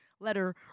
letter